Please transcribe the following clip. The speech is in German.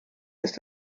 ist